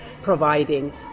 Providing